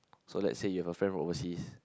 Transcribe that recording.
so let's say you have a friend from overseas